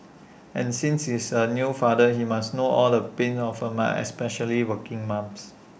and since he's A new father he must know all the pains of A mum especially working mums